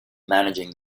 managing